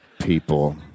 people